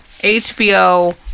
HBO